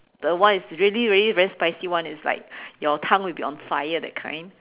the one is really really very spicy one is like your tongue will be on fire that kind